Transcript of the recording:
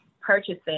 purchasing